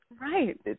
right